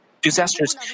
disasters